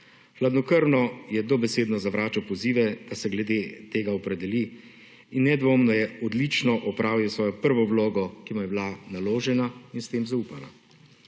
Hladnokrvno je dobesedno zavračal pozive, da se glede tega opredeli in nedvomno je odlično opravil svojo prvo vlogo, ki mu je bila naložena in s tem zaupana.